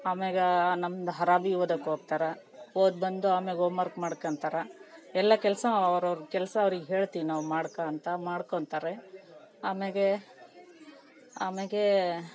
ಆಮೇಲೆ ನಮ್ದು ಹರಾಬಿ ಓದೋಕೋಗ್ತಾರೆ ಓದಿಬಂದು ಆಮೇಲೆ ಓಮ್ ವರ್ಕ್ ಮಾಡ್ಕೊಂತಾರೆ ಎಲ್ಲ ಕೆಲಸ ಅವ್ರವ್ರ ಕೆಲಸ ಅವ್ರಿಗೆ ಹೇಳ್ತಿವಿ ನಾವು ಮಾಡ್ಕೋ ಅಂತ ಮಾಡ್ಕೊತಾರೆ ಆಮೇಲೆ ಆಮೇಲೆ